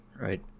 right